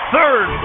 Third